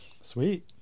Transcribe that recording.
Sweet